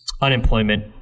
unemployment